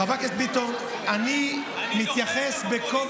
חברת הכנסת ביטון,